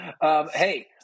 Hey